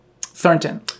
Thornton